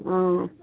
অঁ